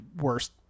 worst